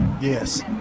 Yes